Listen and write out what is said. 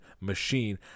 machine